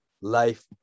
life